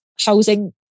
housing